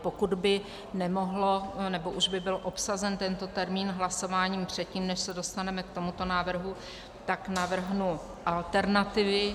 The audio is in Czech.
Pokud by nemohlo nebo už by byl obsazen tento termín hlasováním předtím, než se dostaneme k tomuto návrhu, tak navrhnu alternativy.